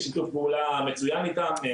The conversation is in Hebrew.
שיתוף פעולה מצוין איתם.